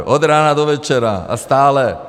Od rána do večera a stále.